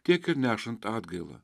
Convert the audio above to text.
tiek ir nešant atgailą